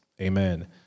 Amen